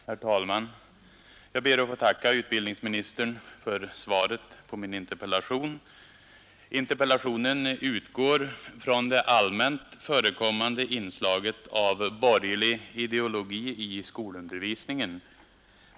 Herr talman! Jag ber att få tacka utbildningsministern för svaret på min interpellation. Interpellationen utgår från det allmänt förekommande inslaget av borgerlig ideologi i skolundervisningen.